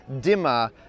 dimmer